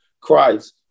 Christ